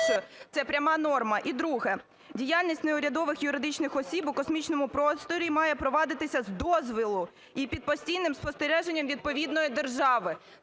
це пряма норма. І друге. "Діяльність неурядових юридичних осіб у космічному просторі має провадитися з дозволу і під постійним спостереженням відповідної держави".